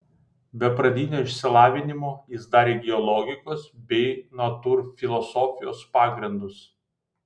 be pradinio išsilavinimo jis dar įgijo logikos bei natūrfilosofijos pagrindus